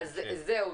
היום יש ישיבה.